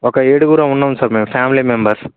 ఒక ఎడుగురం ఉన్నాం సార్ మేము ఫ్యామిలీ మెంబర్స్